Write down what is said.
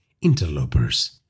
interlopers